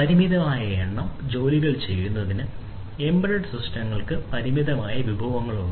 പരിമിതമായ എണ്ണം ജോലികൾ ചെയ്യുന്നതിന് എംബെഡെഡ് സിസ്റ്റങ്ങൾക്ക് പരിമിതമായ വിഭവങ്ങളുണ്ട്